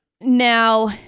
Now